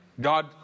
God